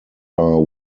are